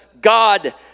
God